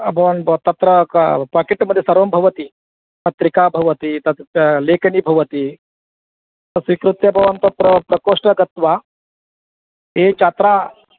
भवान् ब तत्र क पाकेट्मध्ये सर्वं भवति पत्रिका भवति तद् लेखनी भवति तां स्वीकृत्य भवान् तत्र प्रकोष्ठं गत्वा ये छात्राः